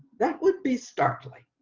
that would be starkly